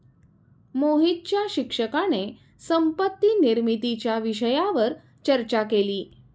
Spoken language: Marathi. मोहितच्या शिक्षकाने संपत्ती निर्मितीच्या विषयावर चर्चा केली